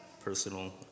personal